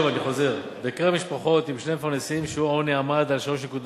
ושוב אני חוזר: בקרב משפחות עם שני מפרנסים שיעור העוני עמד על 3.5%,